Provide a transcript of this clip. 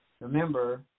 Remember